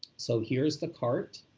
so here's the cart.